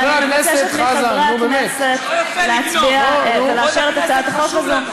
בואו, חברי הכנסת, זה לא לעניין.